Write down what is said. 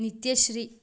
Nityashree